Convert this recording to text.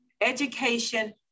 Education